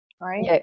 right